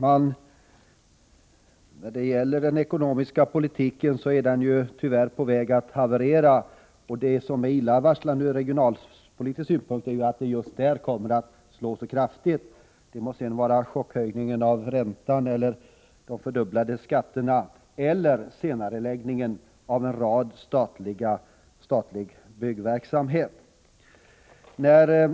Herr talman! Den ekonomiska politiken är tyvärr på väg att haverera. Det illavarslande är att detta kraftigt kommer att drabba regionalpolitiken på grund av chockhöjningen av räntan, de fördubblade skatterna och senareläggningen av en rad statlig byggverksamhet.